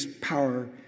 power